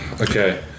okay